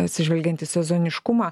atsižvelgiant į sezoniškumą